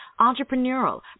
entrepreneurial